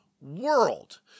world